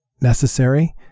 necessary